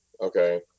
Okay